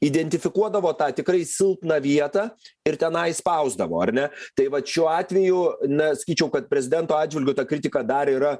identifikuodavo tą tikrai silpną vietą ir tenai spausdavo ar ne tai vat šiuo atveju na sakyčiau kad prezidento atžvilgiu ta kritika dar yra